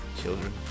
children